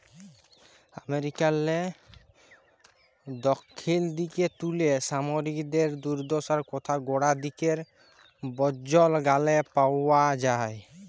আমেরিকারলে দখ্খিল দিগে তুলে সমিকদের দুদ্দশার কথা গড়া দিগের বল্জ গালে পাউয়া যায়